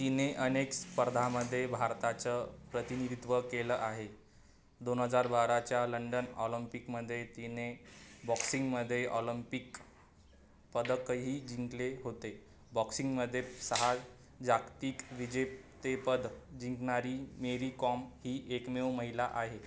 तिने अनेक स्पर्धेमध्ये भारताचं प्रतिनिधित्व केलं आहे दोन हजार बाराच्या लंडन ऑम्पिककमध्ये तिने बॉक्सिंगमध्ये ऑलम्पिक पदकही जिंकले होते बॉक्सिंगमध्ये सहा जागतिक विजेतेपद जिंकणारी मेरी कॉम ही एकमेव महिला आहे